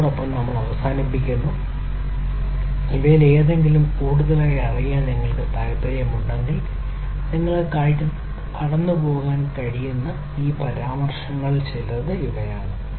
ഇതോടൊപ്പം നമ്മൾ അവസാനിപ്പിക്കുന്നു ഇവയിലേതെങ്കിലും കൂടുതലായി അറിയാൻ നിങ്ങൾക്ക് താൽപ്പര്യമുണ്ടെങ്കിൽ നിങ്ങൾക്ക് കടന്നുപോകാൻ കഴിയുന്ന ഈ പരാമർശങ്ങളിൽ ചിലത് ഇവയാണ്